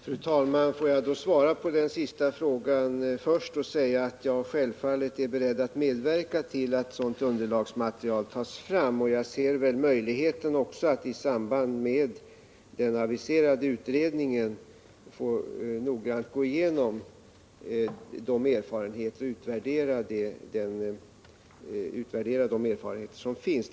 Fru talman! Får jag då svara på den sista frågan först och säga att jag självfallet är beredd att medverka till att ett sådant underlagsmaterial tas fram. Jag ser också möjligheten att i samband med den aviserade utredningen få noggrant gå igenom och utvärdera de erfarenheter som finns.